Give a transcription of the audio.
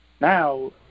Now